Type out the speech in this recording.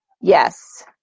Yes